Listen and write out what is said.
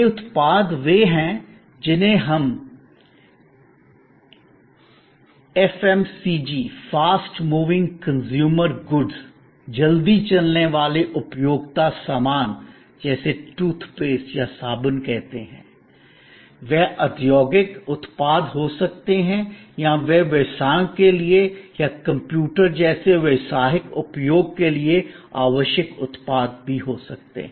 ये उत्पाद वे हैं जिन्हें हम FMCG fast moving consumer goods जल्दी चलने वाले उपभोक्ता सामान जैसे टूथपेस्ट या साबुन कहते हैं वे औद्योगिक उत्पाद हो सकते हैं या वे व्यवसायों के लिए या कंप्यूटर जैसे व्यावसायिक उपयोग के लिए आवश्यक उत्पाद हो सकते हैं